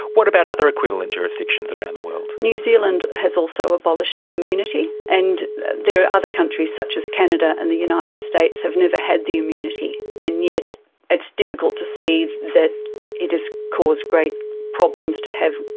what about other equivalent jurisdictions around the world? new zealand has also abolished the immunity, immunity, and there are other countries such as canada and the united states have never had the immunity, and yet it's difficult to see that it has caused great problems to have.